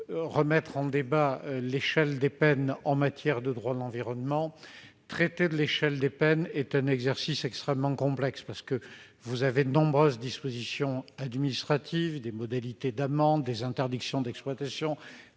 souhaite modifier l'échelle des peines en matière de droit de l'environnement. Or traiter de l'échelle des peines est un exercice extrêmement complexe : il faut tenir compte de nombreuses dispositions administratives, de modalités d'amende, d'interdictions d'exploitation